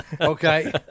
Okay